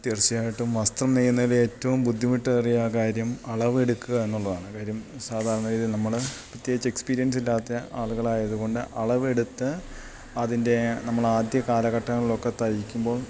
തീർച്ചയായിട്ടും വസ്ത്രം നെയ്യുന്നതിലേറ്റവും ബുദ്ധിമുട്ടേറിയ കാര്യം അളവെടുക്കുകയെന്നുള്ളതാണ് കാര്യം സാധാരണഗതിയില് നമ്മള് പ്രത്യേകിച്ച് എക്സ്പീരിയൻസ് ഇല്ലാത്തയാളുകളായതുകൊണ്ട് അളവെടുത്ത് അതിൻ്റെ നമ്മളാദ്യ കാലഘട്ടങ്ങളിലൊക്കെ തയ്ക്കുമ്പോൾ